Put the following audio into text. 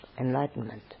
enlightenment